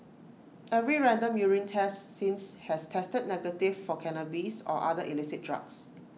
every random urine test since has tested negative for cannabis or other illicit drugs